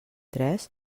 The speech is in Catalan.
tres